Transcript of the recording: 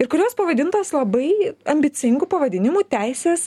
ir kurios pavadintos labai ambicingu pavadinimu teises